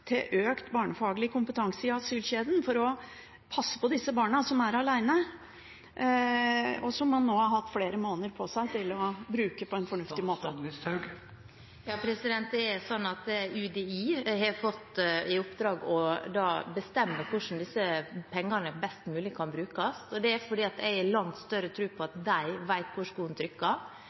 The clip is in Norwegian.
til økt barnefaglig kompetanse i asylkjeden for å passe på disse barna, som er alene, og som man nå har hatt flere måneder på seg til å bruke på en fornuftig måte. UDI har fått i oppdrag å bestemme hvordan disse pengene best mulig kan brukes. Det er fordi jeg har langt større tro på at de vet hvor skoen trykker